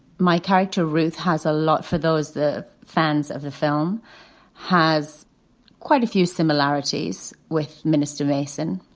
my character, ruth, has a lot for those. the fans of the film has quite a few similarities with minister mason,